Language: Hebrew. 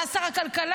עלה שר הכלכלה,